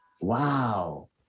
wow